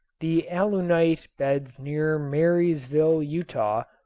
the alunite beds near marysville, utah,